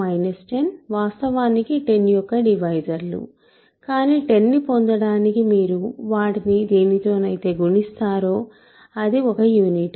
కాబట్టి 10 మరియు 10 వాస్తవానికి 10 యొక్క డివైజర్లు కానీ 10 ను పొందడానికి మీరు వాటిని దేనితోనైతే గుణిస్తారో అది ఒక యూనిట్